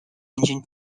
engine